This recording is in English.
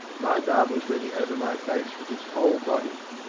my barber was leaning over my face with his whole body.